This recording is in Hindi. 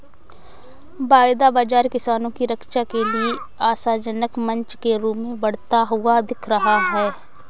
वायदा बाजार किसानों की रक्षा के लिए आशाजनक मंच के रूप में बढ़ता हुआ दिख रहा है